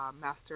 Master